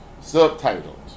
subtitles